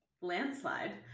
Landslide